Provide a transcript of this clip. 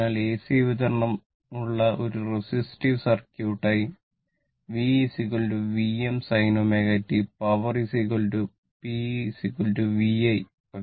അതിനാൽ AC വിതരണമുള്ള ഒരു റെസിസ്റ്റീവ് സർക്യൂട്ടിനായി V Vm sin ω t power p v i